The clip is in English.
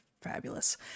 fabulous